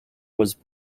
was